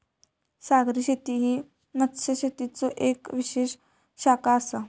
सागरी शेती ही मत्स्यशेतीचो येक विशेष शाखा आसा